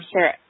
sure